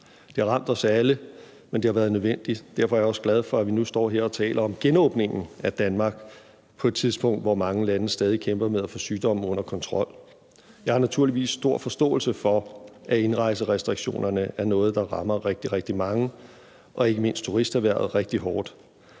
Det har ramt os alle, men det har været nødvendigt. Derfor er jeg også glad for, at vi nu står her og taler om genåbningen af Danmark på et tidspunkt, hvor mange lande stadig kæmper med at få sygdommen under kontrol. Jeg har naturligvis stor forståelse for, at indrejserestriktionerne er noget, der rammer rigtig, rigtig mange og ikke mindst turisterhvervet rigtig hårdt.